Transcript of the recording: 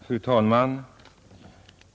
Fru talman!